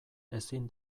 ezin